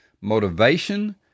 motivation